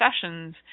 sessions